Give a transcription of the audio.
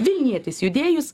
vilnietis judėjus